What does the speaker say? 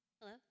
Hello